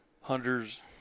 hunters